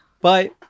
Bye